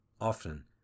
Often